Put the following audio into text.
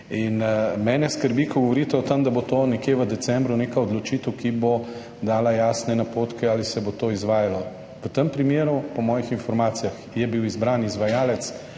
In mene skrbi, ko govorite o tem, da bo nekje v decembru neka odločitev, ki bo dala jasne napotke, ali se bo to izvajalo. V tem primeru, po mojih informacijah je bil izbran izvajalec